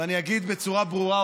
ואני אגיד בצורה ברורה,